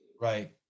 Right